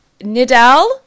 Nidal